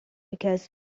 because